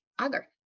agar